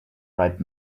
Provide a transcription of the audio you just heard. right